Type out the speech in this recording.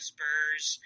Spurs